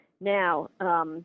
Now